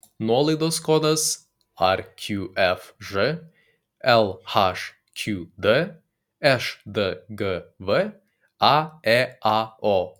nuolaidos kodas rqfž lhqd šdgv aeao